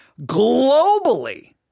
globally